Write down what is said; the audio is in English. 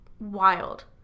wild